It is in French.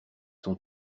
sont